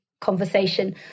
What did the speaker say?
conversation